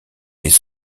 les